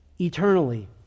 eternally